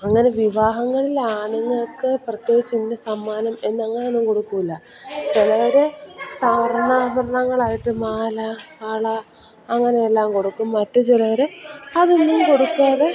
അങ്ങനെ വിവാഹങ്ങളിൽ ആണുങ്ങൾക്ക് പ്രത്യേകിച്ച് ഇന്ന സമ്മാനം എന്ന് അങ്ങനൊന്നും കൊടുക്കില്ല ചിലർ സ്വർണാഭരണങ്ങളായിട്ട് മാല വള അങ്ങനെയെല്ലാം കൊടുക്കും മറ്റ് ചിലർ അതൊന്നും കൊടുക്കാതെ